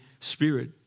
Spirit